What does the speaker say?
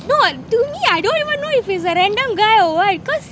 no what to me I don't even know if he's a random guy or what cause